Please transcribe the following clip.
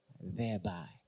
thereby